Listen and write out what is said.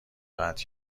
قطع